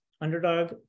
underdog